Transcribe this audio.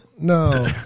No